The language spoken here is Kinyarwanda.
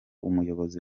umuyobozi